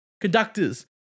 Conductors